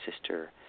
sister